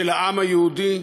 של העם היהודי,